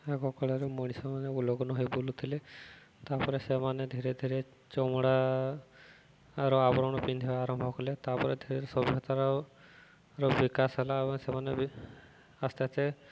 ଆଗକାଳରେ ମଣିଷମାନେ ଉଲଗ୍ନ ହୋଇ ବୁଲୁଥିଲେ ତା'ପରେ ସେମାନେ ଧୀରେ ଧୀରେ ଚମଡ଼ାର ଆବରଣ ପିନ୍ଧିବା ଆରମ୍ଭ କଲେ ତା'ପରେ ଧୀରରେ ସଭ୍ୟତାର ବିକାଶ ହେଲା ଏବଂ ସେମାନେ ବି ଆସ୍ତେ ଆସ୍ତେ